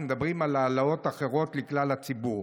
אנחנו מדברים על העלאות אחרות לכלל הציבור.